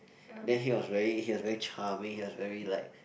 then he was very he was very charming he was very like